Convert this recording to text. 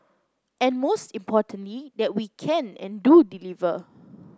and most importantly that we can and do deliver